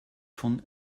von